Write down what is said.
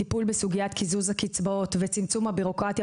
טיפול בסוגיית קיזוז הקצבאות וצמצום הבירוקרטיה